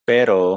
Pero